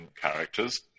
characters